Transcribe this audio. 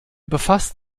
befasst